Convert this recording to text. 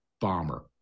bomber